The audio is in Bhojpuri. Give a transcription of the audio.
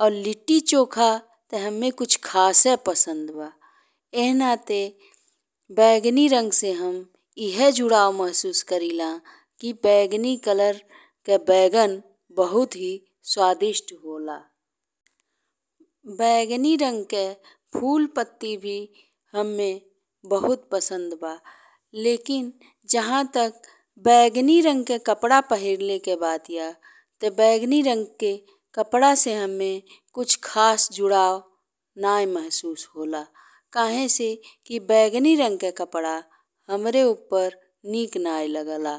और लिट्टी चोखा ते हम्मे कुछ खासे पसंद बा। एह नाते बैगनी रंग से हम एह जुड़ाव महसूस करिला कि बैगनी कालर के बैगन बहुत ही स्वादिष्ट होला। बैगनी रंग के फूल पत्ती भी हम्मे बहुत पसंद बा। लेकिन जहां तक बैगनी रंग के कपड़ा पहिरलेके बात बा ते बैगनी रंग के कपड़ा से हमके कुछ खास जुड़ाव नाहीं महसूस होला। काहे से कि बैगनी रंग के कपड़ा हमरे उप्पर नीक नाहीं लागेला।